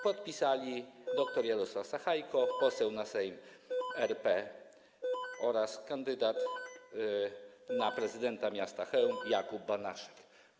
Podpisali - doktor Jarosław Sachajko, poseł na Sejm RP, oraz kandydat na prezydenta miasta Chełma Jakub Banaszek.